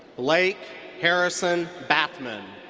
blake harrison bathman.